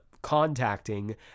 contacting